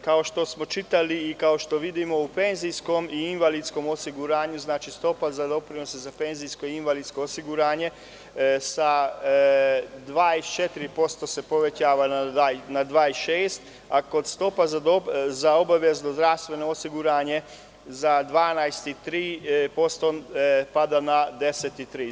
Kao što smo čitali i kao što vidimo, u penzijskom i invalidskom osiguranju stopa za doprinose za penzijsko i invalidsko osiguranje sa 24% se povećava na 26%, a kod stopa za obavezno zdravstveno osiguranje sa 12,3% pada na 10,3%